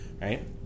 right